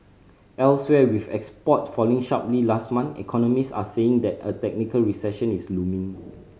elsewhere with export falling sharply last month economist are saying that a technical recession is looming